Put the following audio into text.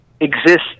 exist